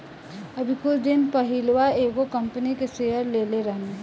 अभी कुछ दिन पहिलवा एगो कंपनी के शेयर लेले रहनी